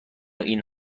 این